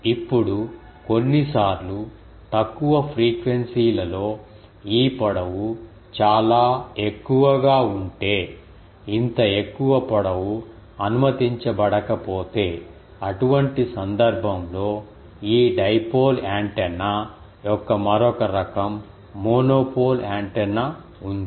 ఇప్పుడు కొన్నిసార్లు తక్కువ ఫ్రీక్వెన్సీ లలో ఈ పొడవు చాలా ఎక్కువగా ఉంటే ఇంత ఎక్కువ పొడవు అనుమతించబడకపోతే అటువంటి సందర్భంలో ఈ డైపోల్ యాంటెన్నా యొక్క మరొక రకం మోనోపోల్ యాంటెన్నా ఉంది